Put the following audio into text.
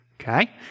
Okay